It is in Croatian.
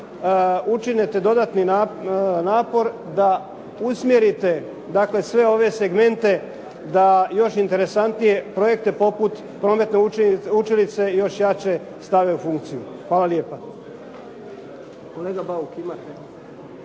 učinite dodatni napor da usmjerite sve ove segmente da još interesantnije projekte poput prometne učilice još jače stave u funkciju. Hvala lijepa.